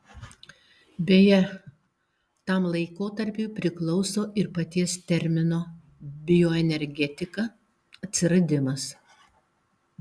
beje tam laikotarpiui priklauso ir paties termino bioenergetika atsiradimas